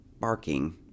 barking